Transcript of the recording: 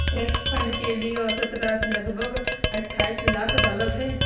trust fund के लिए औसत राशि लगभग अट्ठाईस लाख डॉलर है